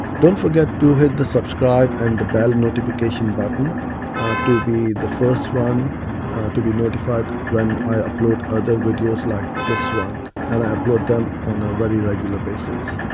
don't forget to hit the subscribe and the bell notification button to be the first one to be notified when i upload other videos like this one, and i upload them on a very regular basis.